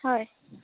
হয়